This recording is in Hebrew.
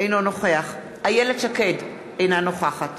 אינו נוכח איילת שקד, אינה נוכחת